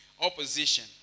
opposition